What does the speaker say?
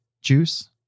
juice